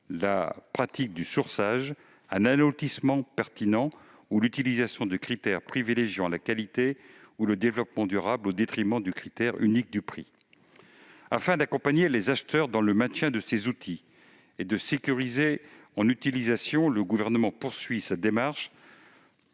la pratique du « sourçage », par un allotissement pertinent ou par l'utilisation de critères privilégiant la qualité ou le développement durable au détriment du critère unique du prix. Afin d'accompagner les acheteurs dans le maniement de ces outils et de sécuriser leur utilisation, le Gouvernement poursuit sa démarche